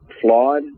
flawed